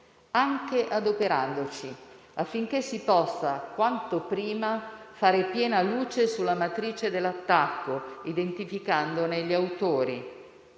anche adoperandoci affinché si possa quanto prima fare piena luce sulla matrice dell'attacco, identificandone gli autori.